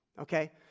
Okay